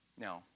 no